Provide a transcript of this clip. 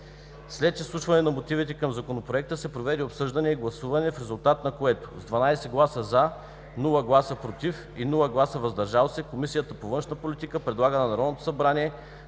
След изслушване на мотивите към Законопроекта, се проведе обсъждане и гласуване, в резултат на което с 12 гласа „за“, без „против“ и „въздържали се“, Комисията по външна политика предлага на Народното събрание,